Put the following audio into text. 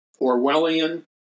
Orwellian